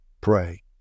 Pray